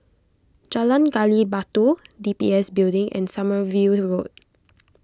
Jalan Gali Batu D B S Building and Sommerville Road